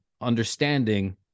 understanding